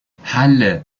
حله